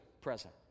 present